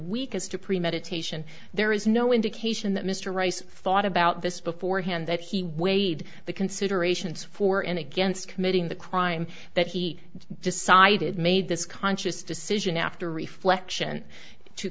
weak as to premeditation there is no indication that mr rice thought about this beforehand that he weighed the considerations for and against committing the crime that he decided made this conscious decision after reflection to